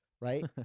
right